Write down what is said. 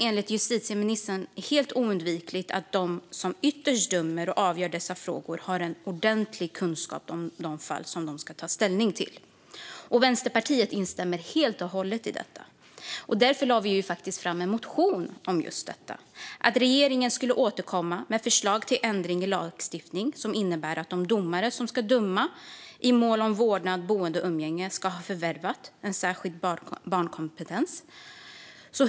Enligt justitieministern är det också helt oundgängligt att de som dömer och ytterst avgör dessa frågor har en ordentlig kunskap om de fall de ska ta ställning till. Vi i Vänsterpartiet instämmer helt och hållet i detta, och därför motionerade vi om att regeringen skulle återkomma med ett förslag till ändring i lagstiftningen som innebär att de domare som ska döma i mål om vårdnad, boende och umgänge ska ha förvärvat en särskild barnkompetens.